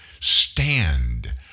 stand